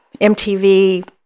MTV